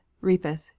reapeth